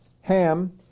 Ham